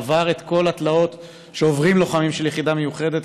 ועבר את כל התלאות שעוברים לוחמים של יחידה מיוחדת.